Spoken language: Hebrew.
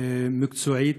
מקצועית,